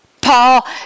Paul